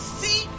see